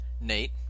nate